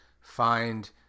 find